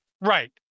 Right